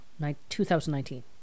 2019